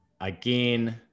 again